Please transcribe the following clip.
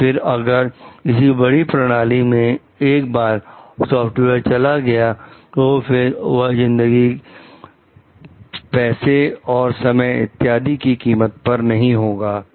और फिर अगर किसी बड़ी प्रणाली में एक बार यह सॉफ्टवेयर चला गया तो फिर वह जिंदगी पैसे और समय इत्यादि की कीमत पर नहीं होगा